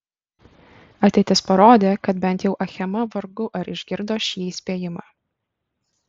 ateitis parodė kad bent jau achema vargu ar išgirdo šį įspėjimą